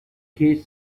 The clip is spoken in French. quais